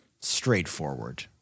straightforward